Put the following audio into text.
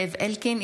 זאב אלקין,